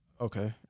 okay